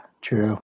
True